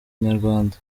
inyarwanda